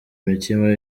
imitima